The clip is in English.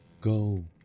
go